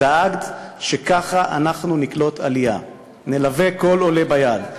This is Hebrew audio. דאגת שככה אנחנו נקלוט עלייה: נלווה כל עולה ביד,